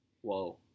Whoa